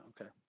okay